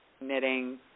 knitting